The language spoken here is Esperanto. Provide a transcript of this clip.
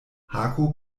hako